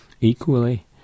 Equally